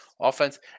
offense